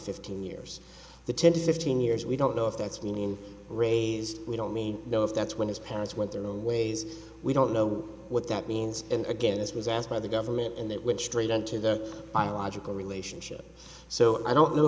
fifteen years the ten to fifteen years we don't know if that's mean in raised we don't mean know if that's when his parents went their own ways we don't know what that means and again this was asked by the government and it went straight into their biological relationship so i don't know